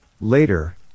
Later